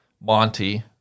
Monty